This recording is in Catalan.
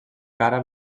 cara